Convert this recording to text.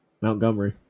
Montgomery